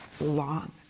long